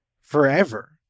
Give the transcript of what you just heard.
forever